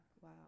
wow